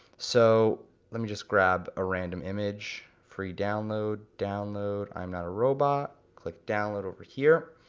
so let me just grab a random image, free download, download, i'm not a robot, click download over here,